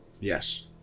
Yes